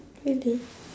really